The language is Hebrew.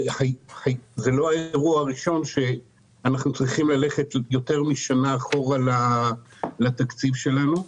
זה לא היה אירוע ראשון שאנחנו צריכים ללכת יותר משנה אחורה לתקציב שלנו,